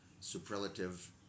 superlative